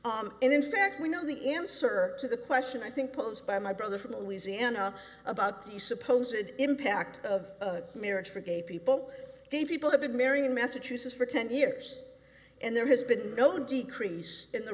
and in fact we know the answer to the question i think posed by my brother from louisiana about the suppose it impact of marriage for gay people gay people have been marrying in massachusetts for ten years and there has been no decrease in the